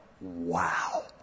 wow